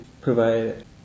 provide